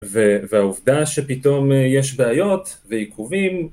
והעובדה שפתאום יש בעיות ועיכובים